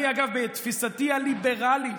אני, אגב, בתפיסתי הליברלית,